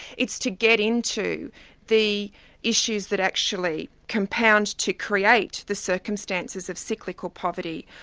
it's to get into the issues that actually compound to create the circumstances of cyclical poverty,